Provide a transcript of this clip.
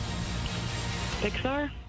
Pixar